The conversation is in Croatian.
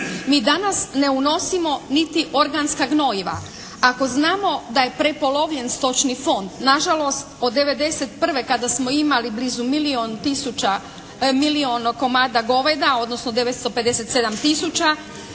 Mi danas ne unosimo niti organska gnojiva. Ako znamo da je prepolovljen stočni fond. Nažalost od 1991. kada smo imali blizu milijun tisuća, milijun komada goveda odnosno 957 tisuća